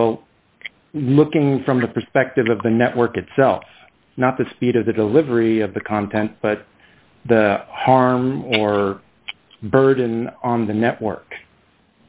well looking from the perspective of the network itself not the speed of the delivery of the content but the harm or burden on the network